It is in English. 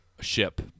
ship